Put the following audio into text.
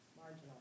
marginal